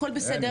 הכל בסדר,